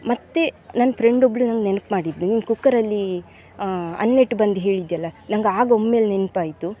ಮತ್ತೆ ನನ್ನ ಫ್ರೆಂಡ್ ಒಬ್ಬಳು ನಂಗೆ ನೆನ್ಪು ಮಾಡಿದಳು ನೀನು ಕುಕ್ಕರಲ್ಲಿ ಅನ್ನ ಇಟ್ಬಂದು ಹೇಳಿದ್ದೆಯಲ್ಲ ನಂಗೆ ಆಗ ಒಮ್ಮೆಲೆ ನೆನಪಾಯ್ತು